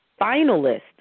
finalist